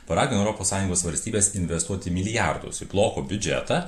paragino europos sąjungos valstybes investuoti milijardus į bloko biudžetą